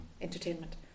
entertainment